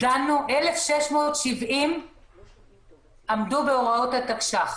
1,670 עמדו בהוראות התקש"ח.